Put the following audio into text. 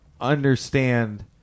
understand